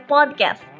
Podcast